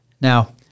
Now